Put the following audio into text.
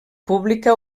pública